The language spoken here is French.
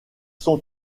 sont